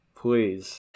Please